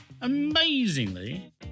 amazingly